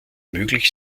möglich